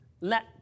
Let